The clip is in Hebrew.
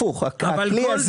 הכלי הזה